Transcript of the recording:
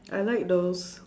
I like though